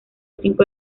cinco